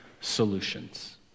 solutions